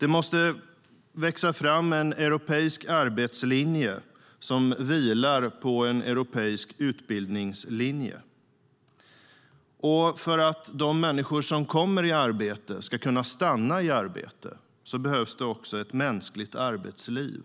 Det måste växa fram en europeisk arbetslinje som vilar på en europeisk utbildningslinje. För att de människor som kommer i arbete ska kunna stanna i arbete behövs det också ett mänskligt arbetsliv.